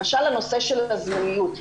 למשל הנושא של הזמניות.